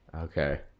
Okay